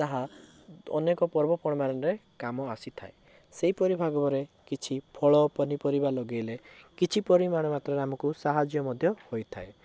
ତାହା ଅନେକ ପର୍ବପର୍ବାଣୀରେ କାମ ଆସିଥାଏ ସେହିପରି ଭାବରେ କିଛି ଫଳ ପନିପରିବା ଲଗେଇଲେ କିଛି ପରିମାଣ ମାତ୍ରାରେ ଆମକୁ ସାହାଯ୍ୟ ମଧ୍ୟ ହୋଇଥାଏ